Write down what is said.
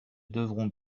devront